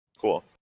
Cool